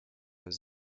les